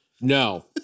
No